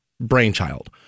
brainchild